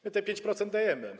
My te 5% dajemy.